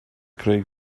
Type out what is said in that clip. creu